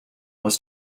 was